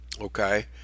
okay